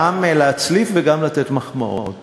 גם להצליף וגם לתת מחמאות.